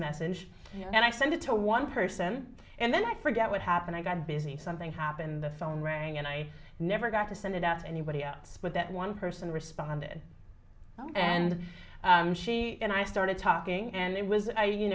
message and i send it to one person and then i forget what happened i got busy something happened the phone rang and i never got to send it out any body else but that one person responded and she and i started talking and it was i you